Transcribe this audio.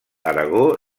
aragó